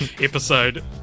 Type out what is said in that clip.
episode